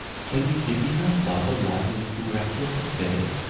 can you give me no farther light in this miraculous affair?